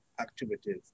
activities